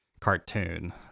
cartoon